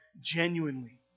genuinely